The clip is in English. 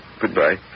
Goodbye